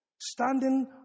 standing